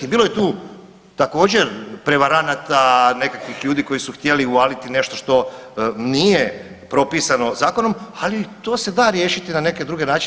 Bilo je tu također prevaranata, nekakvih ljudi koji su htjeli uvaliti nešto što nije propisano zakonom, ali to se da riješiti na neke druge načine.